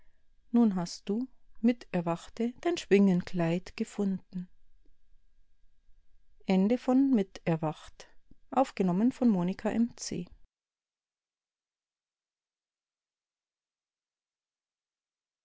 nun hast du mit erwachte dein schwingenkleid gefunden